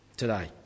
today